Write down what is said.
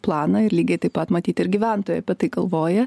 planą ir lygiai taip pat matyt ir gyventojai apie tai galvoja